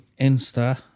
Insta